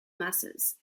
masses